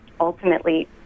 ultimately